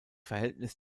verhältnis